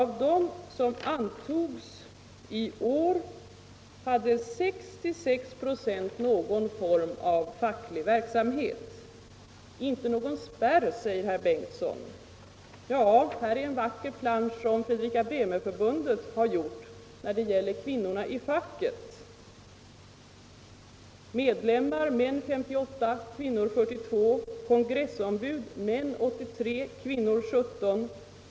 Av dem som antogs i år hade 66 96 någon form av facklig verksamhet bakom sig. Det finns inte någon spärr, säger herr Bengtsson. Ja, här har jag en vacker plansch som Fredrika-Bremer-förbundet gjort när det gäller kvinnorna i facket. Medlemmar: män 58 96, kvinnor 42 26. Kongressombud: män 83 96, kvinnor 17 26.